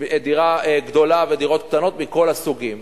דירה גדולה ודירות קטנות, מכל הסוגים.